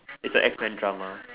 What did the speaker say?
it's a X men drama